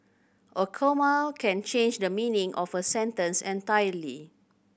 a comma can change the meaning of a sentence entirely